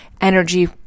energy